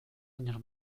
años